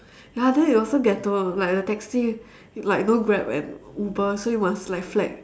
ya then it was so ghetto like the taxi like no grab and uber so you must like flag